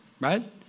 right